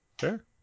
Sure